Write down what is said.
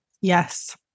Yes